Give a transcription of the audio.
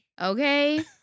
okay